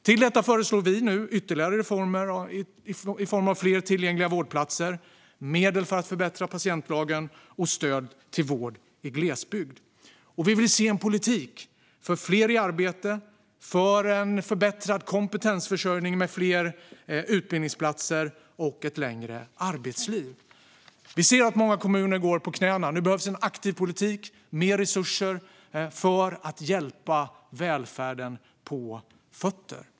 Till detta föreslår vi nu ytterligare reformer i form av fler tillgängliga vårdplatser, medel för att förbättra patientlagen och stöd till vård i glesbygd. Vi vill se en politik för fler i arbete och för en förbättrad kompetensförsörjning med fler utbildningsplatser och ett längre arbetsliv. Vi ser att många kommuner går på knäna. Nu behövs en aktiv politik och mer resurser för att hjälpa välfärden på fötter.